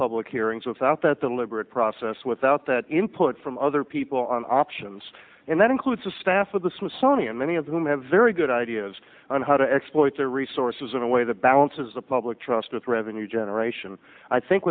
public hearings without that the liberal process without the input from other people on options and that includes the staff of the smithsonian many of whom have very good ideas on how to exploit their resources in a way that balances the public trust with revenue generation i think